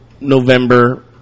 November